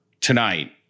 tonight